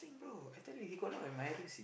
I tell you he got a lot of admirers